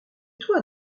toi